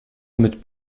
mit